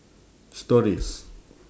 stories